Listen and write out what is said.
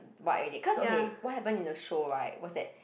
what already cause what happen in the show right was that